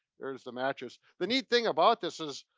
there's the mattress. the neat thing about this is,